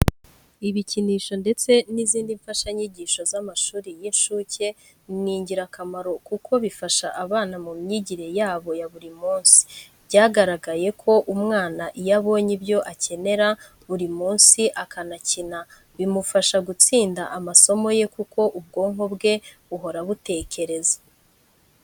Ibikinisho ndetse n'izindi mfashanyigisho z'amashuri y'inshuke ni ingirakamaro kuko bifasha abana mu myigire yabo ya buri munsi. Byaragaragaye ko umwana iyo abonye ibyo akenera buri munsi akanakina bimufasha gutsinda amasomo ye kuko ubwonko bwe buhora butekereza.